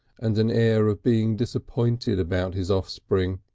and an air of being disappointed about his offspring.